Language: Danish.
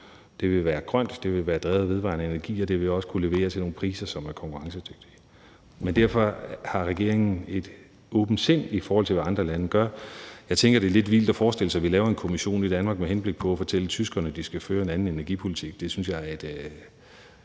Det vil være grønt, det vil være drevet af vedvarende energi, og det vil også kunne levere til nogle priser, som er konkurrencedygtige. Regeringen har derfor et åbent sind, i forhold til hvad andre lande gør. Jeg tænker, at det er lidt vildt at forestille sig, at vi laver en kommission i Danmark med henblik på at fortælle tyskerne, at de skal føre en anden energipolitik. Det synes jeg er et